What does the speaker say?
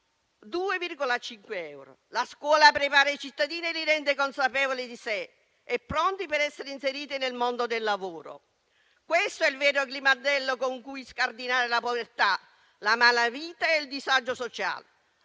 2,5. La scuola prepara i cittadini e li rende consapevoli di sé, pronti a essere inseriti nel mondo del lavoro. Questo è il vero grimaldello con cui scardinare la povertà, la malavita e il disagio sociale.